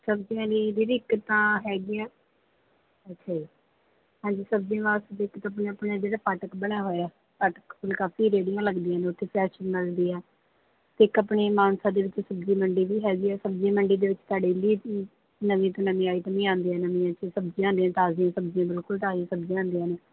ਸਬਜ਼ੀਆਂ ਲਈ ਦੀਦੀ ਇੱਕ ਤਾਂ ਹੈਗੀ ਹੈ ਉੱਥੇ ਹਾਂਜੀ ਸਬਜ਼ੀਆਂ ਵਾਸਤੇ ਇੱਕ ਅਤੇ ਆਪਣੇ ਆਪਣੇ ਜਿਹੜਾ ਫਾਟਕ ਬਣਾਇਆ ਹੋਇਆ ਫਾਟਕ ਮਤਲਬ ਕਾਫ਼ੀ ਰੇਹੜੀਆਂ ਲੱਗਦੀਆਂ ਉੱਥੇ ਫਰੈੱਸ਼ ਮਿਲਦੀ ਹੈ ਅਤੇ ਇੱਕ ਆਪਣੇ ਮਾਨਸਾ ਦੇ ਵਿੱਚ ਸਬਜ਼ੀ ਮੰਡੀ ਵੀ ਹੈਗੀ ਹੈ ਸਬਜ਼ੀ ਮੰਡੀ ਦੇ ਵਿੱਚ ਤਾਂ ਡੇਲੀ ਨਵੀਂ ਤੋਂ ਨਵੀਂ ਆਈਟਮ ਵੀ ਆਉਂਦੀਆਂ ਨਵੀਆਂ ਸਬਜ਼ੀਆਂ ਆਉਂਦੀਆਂ ਤਾਜ਼ੀਆਂ ਸਬਜ਼ੀਆਂ ਬਿਲਕੁਲ ਤਾਜ਼ੀਆਂ ਸਬਜ਼ੀਆਂ ਆਉਂਦੀਆਂ ਨੇ